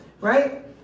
right